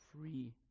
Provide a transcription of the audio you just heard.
free